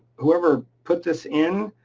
whoever put this in,